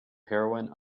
heroine